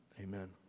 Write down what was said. amen